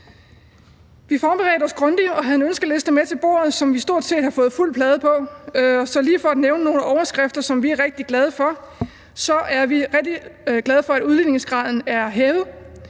Vi forberedte os grundigt og havde en ønskeliste med til bordet, som vi stort set har fået fuld plade på. Jeg vil lige nævne nogle af de overskrifter, som vi er rigtig glade for. Vi er rigtig glade for, et udligningsgraden er hævet;